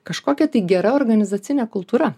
kažkokia tai gera organizacinė kultūra